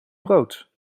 brood